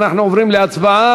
אנחנו עוברים להצבעה.